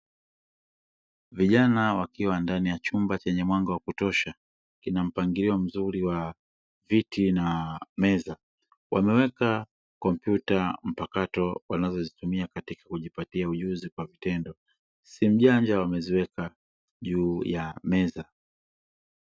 Vijana wakiwa ndani ya chumba chenye mwanga wa kutosha kina mpangilio mzuri wa viti na meza, wameweka kompyuta mpakato wanazozitumia katika kujipatia ujuzi kwa vitendo; simu janja wameziweka juu ya meza.